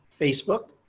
Facebook